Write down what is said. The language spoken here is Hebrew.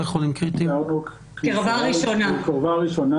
קירבה ראשונה.